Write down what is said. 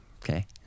Okay